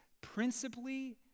principally